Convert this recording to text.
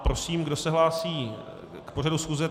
Prosím, kdo se hlásí k pořadu schůze?